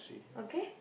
okay